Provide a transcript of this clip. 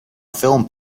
film